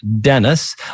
Dennis